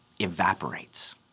evaporates